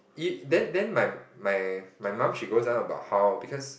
if then then then my my my mum she goes on about how because